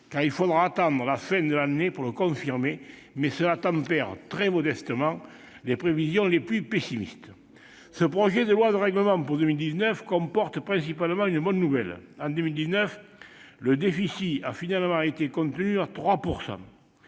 car il faudra attendre la fin de l'année pour le confirmer, mais cela tempère- très modestement -les prévisions les plus pessimistes. Ce projet de loi de règlement pour 2019 comporte principalement une bonne nouvelle : en 2019, le déficit a finalement été contenu à 3 %.